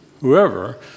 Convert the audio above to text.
whoever